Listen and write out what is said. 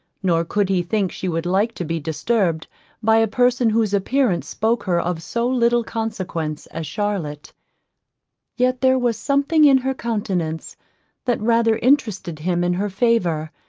nor could he think she would like to be disturbed by a person whose appearance spoke her of so little consequence as charlotte yet there was something in her countenance that rather interested him in her favour,